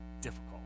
difficult